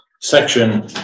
section